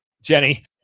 Jenny